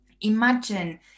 Imagine